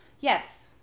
Yes